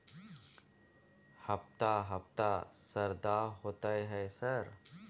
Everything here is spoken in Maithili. हफ्ता हफ्ता शरदा होतय है सर?